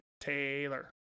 Taylor